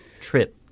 trip